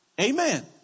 Amen